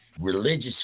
religious